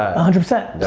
ah hundred percent.